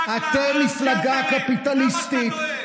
לך תדאג לדארפורים, לך תדאג לטרנסג'נדרים.